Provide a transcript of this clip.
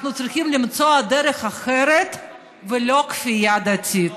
אנחנו צריכים למצוא דרך אחרת, ולא כפייה דתית.